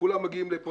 כולם מגיעים לפה.